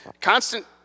Constant